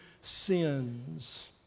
sins